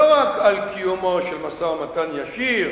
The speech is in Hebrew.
לא על קיומו של משא-ומתן ישיר